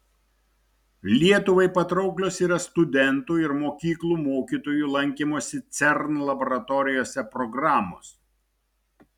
lietuvai patrauklios yra studentų ir mokyklų mokytojų lankymosi cern laboratorijose programos